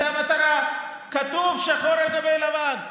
זו המטרה, כתוב שחור על גבי לבן.